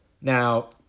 Now